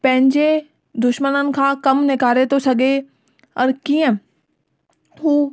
पंहिंजे दुश्मननि खां कमु निकारे थो सघे और कीअं हू